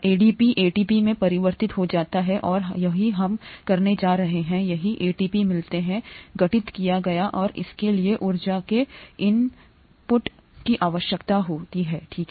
ADP ATP में परिवर्तित हो जाता है और यही हम करने जा रहे हैं यही एटीपी मिलती है गठित किया गया और इसके लिए ऊर्जा के इनपुट की आवश्यकता होगी ठीक है